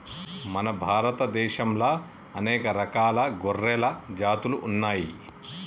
మన భారత దేశంలా అనేక రకాల గొర్రెల జాతులు ఉన్నయ్యి